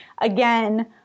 Again